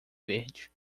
verde